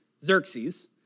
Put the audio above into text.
Xerxes